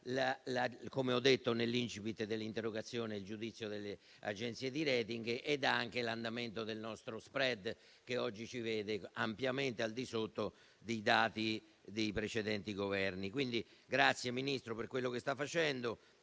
Come ho detto nell'*incipit* dell'interrogazione, ci sono il giudizio delle agenzie di *rating* e anche l'andamento del nostro *spread*, che oggi ci vede ampiamente al di sotto dei dati dei precedenti Governi. Quindi, grazie, Ministro, per quello che sta facendo.